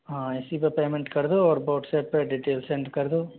हाँ इसी पे पेमेंट कर दो और व्हाट्सऐप्प पे डिटेल सेंड कर दो